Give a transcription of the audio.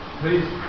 Please